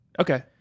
Okay